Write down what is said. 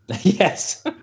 Yes